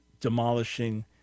demolishing